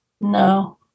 No